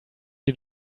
you